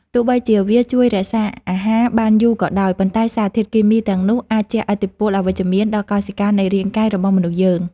ទោះបីជាវាជួយរក្សាអាហារបានយូរក៏ដោយប៉ុន្តែសារធាតុគីមីទាំងនោះអាចជះឥទ្ធិពលអវិជ្ជមានដល់កោសិកានៃរាងកាយរបស់មនុស្សយើង។